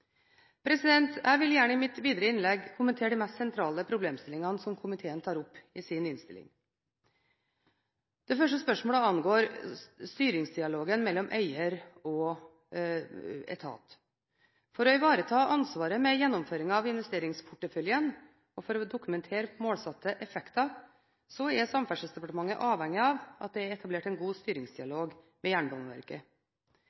Jeg vil gjerne i mitt videre innlegg kommentere de mest sentrale problemstillingene som komiteen tar opp i sin innstilling. Det første spørsmålet angår styringsdialogen mellom eier og etat. For å ivareta ansvaret med gjennomføringen av investeringsporteføljen og for å dokumentere målsatte effekter er Samferdselsdepartementet avhengig av at det er etablert en god